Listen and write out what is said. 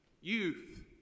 Youth